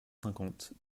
cinquante